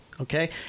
Okay